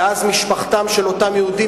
ואז משפחתם של אותם יהודים,